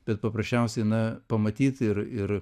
bet paprasčiausiai na pamatyt ir ir